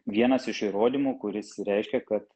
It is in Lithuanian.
vienas iš įrodymų kuris reiškia kad